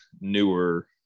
newer